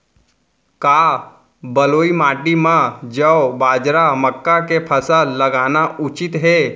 का बलुई माटी म जौ, बाजरा, मक्का के फसल लगाना उचित हे?